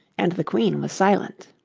and the queen was silent.